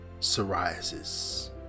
psoriasis